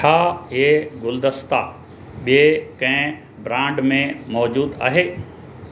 छा इहे गुलदस्ता ॿिए कंहिं ब्रांड में मौजूदु आहे